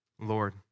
Lord